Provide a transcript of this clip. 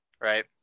right